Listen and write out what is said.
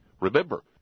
Remember